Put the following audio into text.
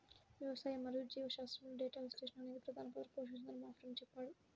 వ్యవసాయం మరియు జీవశాస్త్రంలో డేటా విశ్లేషణ అనేది ప్రధాన పాత్ర పోషిస్తుందని మా ఫ్రెండు చెప్పాడు